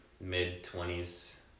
mid-twenties